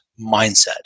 mindset